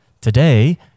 Today